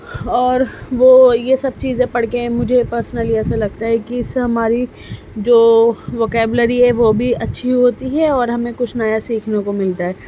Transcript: اور وہ یہ سب چیزیں پڑھ کے مجھے پرسنلی ایسا لگتا ہے کہ اس سے ہماری جو ووکیبلری ہے وہ بھی اچھی ہوتی ہے اور ہمیں کچھ نیا سیکھنے کو ملتا ہے